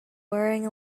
wearing